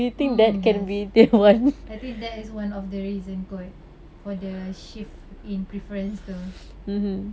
mm yes I think that is one of the reason kot for the shift in preference to